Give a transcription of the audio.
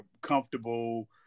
comfortable